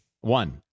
One